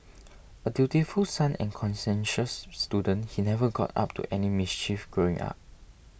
a dutiful son and conscientious student he never got up to any mischief growing up